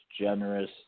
generous